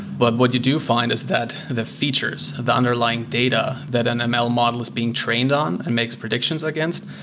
but what you do find is that the features of the underlying data that an ml model is being trained on and makes predictions against,